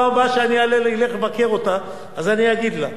בפעם הבאה שאלך לבקר אותה, אז אני אגיד לה.